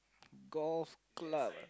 golf club